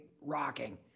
rocking